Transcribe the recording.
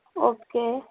okay